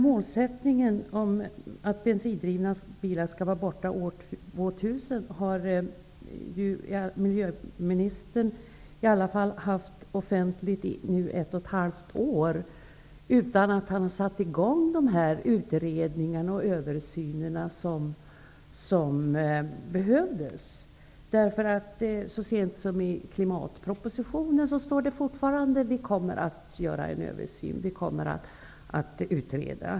Målsättningen att bensindrivna bilar skall vara borta år 2000 har miljöministern haft offentligt i åtminstone ett och ett halvt år utan att han har satt i gång de utredningar och översyner som behövs. Så sent som i klimatpropositionen skriver regeringen att den kommer att göra en översyn och att den kommer att utreda.